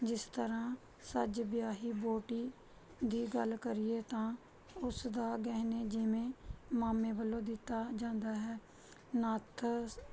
ਜਿਸ ਤਰ੍ਹਾਂ ਸੱਜ ਵਿਆਹੀ ਵਹੁਟੀ ਦੀ ਗੱਲ ਕਰੀਏ ਤਾਂ ਉਸਦਾ ਗਹਿਣੇ ਜਿਵੇਂ ਮਾਮੇ ਵੱਲੋਂ ਦਿੱਤਾ ਜਾਂਦਾ ਹੈ ਨੱਥ